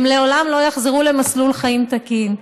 הם לעולם לא יחזרו למסלול חיים תקין.